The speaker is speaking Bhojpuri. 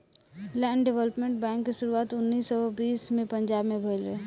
लैंड डेवलपमेंट बैंक के शुरुआत उन्नीस सौ बीस में पंजाब में भईल रहे